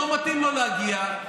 לא מתאים לו להגיע,